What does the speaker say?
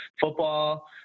football